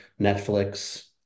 Netflix